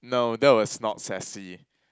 no that was not sassy